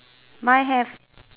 mine have